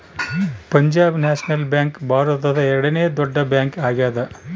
Punjab national bank ಭಾರತದ ಎರಡನೆ ದೊಡ್ಡ ಬ್ಯಾಂಕ್ ಆಗ್ಯಾದ